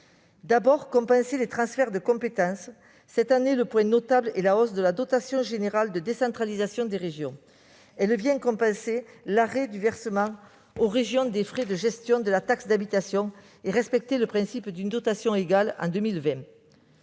d'abord, de compenser les transferts de compétences. Cette année, le point notable est la hausse de la dotation générale de décentralisation des régions. Elle vient compenser l'arrêt du versement aux régions des frais de gestion de la taxe d'habitation et respecter le principe d'une dotation égale en 2020.